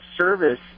service